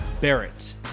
Barrett